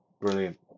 brilliant